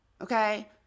okay